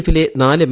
എഫിലെ നാല് എം